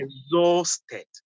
exhausted